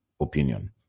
opinion